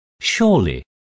Surely